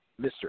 Mr